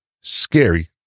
scary